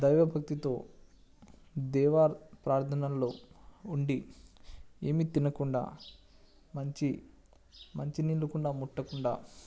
దైవభక్తితో దైవ ప్రార్థనలో ఉండి ఏమి తినకుండా మంచి మంచి నీళ్ళు కూడా ముట్టకుండా